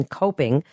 coping